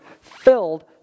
filled